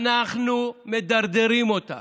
אנחנו מדרדרים אותה.